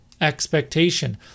expectation